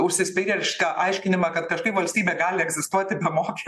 užsispyrėlišką aiškinimą kad kažkaip valstybė gali egzistuoti be mokes